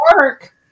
work